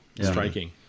Striking